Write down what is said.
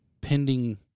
pending